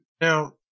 now